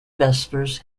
vespers